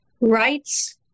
rights